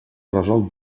resol